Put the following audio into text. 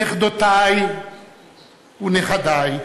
נכדותי ונכדי,